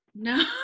No